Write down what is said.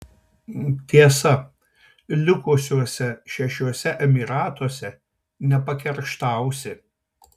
tiesa likusiuose šešiuose emyratuose nepakerštausi